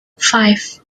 five